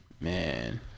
Man